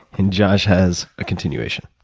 and josh has a continuation.